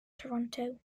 toronto